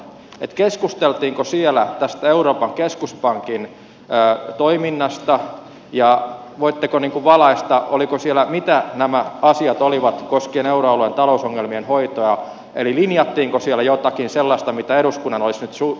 keskusteltiinko siellä tästä euroopan keskuspankin toiminnasta ja voitteko valaista mitä nämä asiat olivat koskien euroalueen talousongelmien hoitoa eli linjattiinko siellä jotakin sellaista mitä eduskunnan olisi nyt syytä tietää